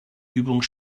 übung